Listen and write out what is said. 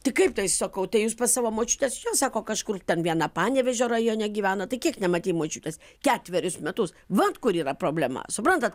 tai kaip tai sakau tai jūs pas savo močiutės jo sako kažkur ten viena panevėžio rajone gyvena tai kiek nematei močiutės ketverius metus vat kur yra problema suprantat